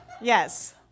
Yes